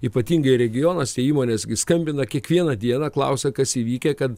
ypatingai regionuose įmonės gi skambina kiekvieną dieną klausia kas įvykę kad